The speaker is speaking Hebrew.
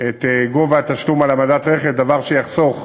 את גובה התשלום על העמדת רכב, דבר שיחסוך